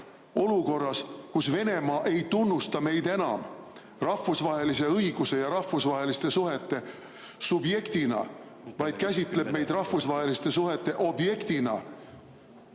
olukorras, kus Venemaa ei tunnusta meid enam rahvusvahelise õiguse ja rahvusvaheliste suhete subjektina, vaid käsitleb meid rahvusvaheliste suhete objektina,